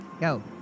Go